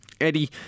Eddie